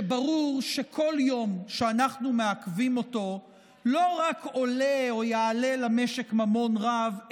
כשברור שכל יום שאנחנו מעכבים אותו לא רק עולה או יעלה למשק ממון רב,